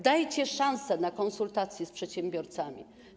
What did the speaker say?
Dajcie szansę na konsultacje z przedsiębiorcami.